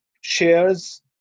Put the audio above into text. shares